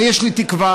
ויש לי תקווה,